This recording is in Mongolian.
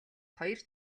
хоёр